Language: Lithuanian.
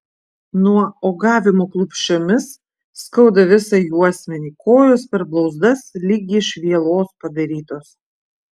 nuo uogavimo klupsčiomis skauda visą juosmenį kojos per blauzdas lyg iš vielos padarytos